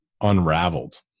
unraveled